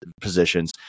positions